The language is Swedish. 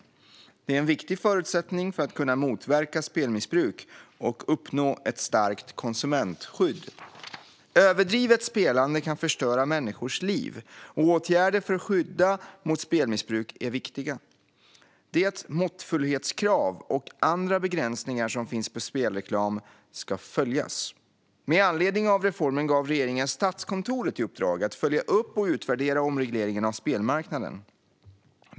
Det är en viktig förutsättning för att kunna motverka spelmissbruk och uppnå ett starkt konsumentskydd. Överdrivet spelande kan förstöra människors liv, och åtgärder för att skydda mot spelmissbruk är viktiga. Det måttfullhetskrav och de andra begränsningar som finns för spelreklam ska följas. Med anledning av reformen gav regeringen Statskontoret i uppdrag att följa upp och utvärdera omregleringen av spelmarknaden .